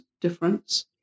difference